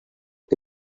que